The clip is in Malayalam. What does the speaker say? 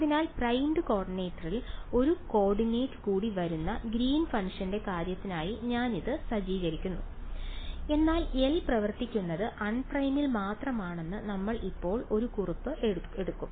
അതിനാൽ പ്രൈം കോർഡിനേറ്റിൽ ഒരു കോർഡിനേറ്റ് കൂടി വരുന്ന ഗ്രീൻ ഫംഗ്ഷന്റെ കാര്യത്തിനായി ഞാൻ ഇത് സജ്ജീകരിക്കുന്നു എന്നാൽ L പ്രവർത്തിക്കുന്നത് അൺപ്രൈമിൽ മാത്രമാണെന്ന് നമ്മൾ ഇപ്പോൾ ഒരു കുറിപ്പ് എടുക്കും